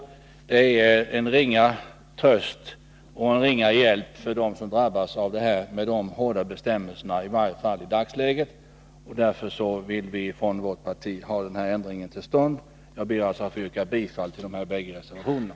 Detta ger en åtminstone liten hjälp åt dem som drabbas av de i varje fall i dagsläget hårda bestämmelserna, och därför vill vi från vårt partis sida få till stånd denna ändring. Jag yrkar bifall till de båda motionerna.